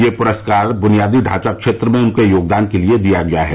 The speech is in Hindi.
यह पुरस्कार बुनियादी ढांचा क्षेत्र में उनके योगदान के लिए दिया गया है